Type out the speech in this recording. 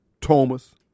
Thomas